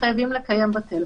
וחייבים לקיים בטלפון.